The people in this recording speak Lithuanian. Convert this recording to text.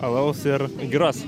alaus ir giros